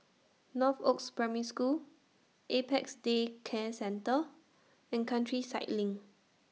Northoaks Primary School Apex Day Care Centre and Countryside LINK